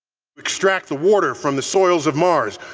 extract the water from the soils of mars.